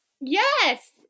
yes